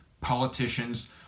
politicians